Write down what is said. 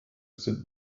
sind